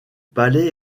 palais